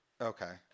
Okay